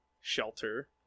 Shelter